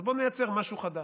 אז בואו נייצר משהו חדש.